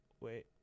Wait